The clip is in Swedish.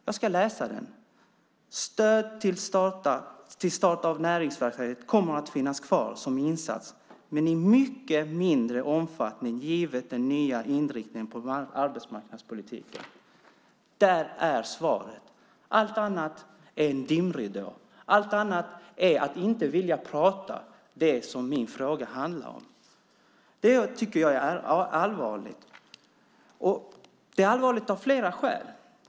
Jag ska läsa upp den: "Stöd till start av näringsverksamhet kommer att finnas kvar som insats men i mycket mindre omfattning given den nya inriktningen på arbetsmarknadspolitiken." Det är svaret. Allt annat är en dimridå. Allt annat visar att man inte vill tala om det som min fråga handlar om. Det tycker jag är allvarligt av flera skäl.